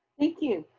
thank you,